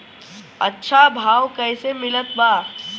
अच्छा भाव कैसे मिलत बा?